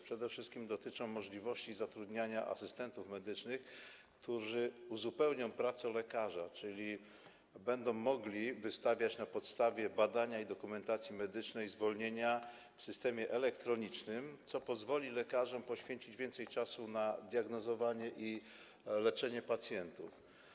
Przede wszystkim dotyczą możliwości zatrudniania asystentów medycznych, którzy uzupełnią pracę lekarza, czyli będą mogli wystawiać na podstawie badania i dokumentacji medycznej zwolnienia w systemie elektronicznym, co pozwoli lekarzom poświęcić więcej czasu na diagnozowanie i leczenie pacjentów.